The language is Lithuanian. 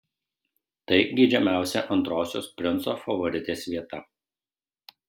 tai geidžiamiausia antrosios princo favoritės vieta